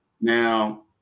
Now